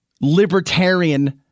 libertarian